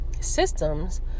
Systems